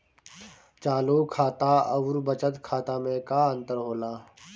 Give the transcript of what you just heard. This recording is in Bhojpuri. चालू खाता अउर बचत खाता मे का अंतर होला?